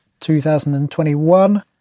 2021